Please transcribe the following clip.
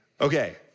okay